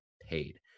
paid